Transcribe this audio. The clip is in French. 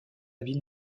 ville